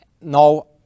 now